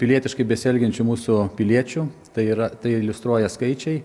pilietiškai besielgiančių mūsų piliečių tai yra tai iliustruoja skaičiai